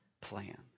plan